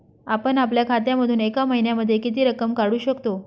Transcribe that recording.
आपण आपल्या खात्यामधून एका महिन्यामधे किती रक्कम काढू शकतो?